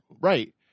Right